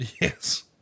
yes